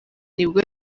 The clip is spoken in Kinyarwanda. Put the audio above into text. nibwo